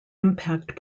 impact